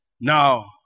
Now